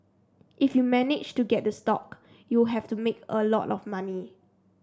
if you managed to get the stock you have to made a lot of money